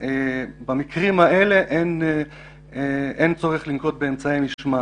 שבמקרים האלה אין צורך לנקוט באמצעי משמעת.